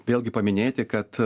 vėlgi paminėti kad